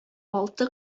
алты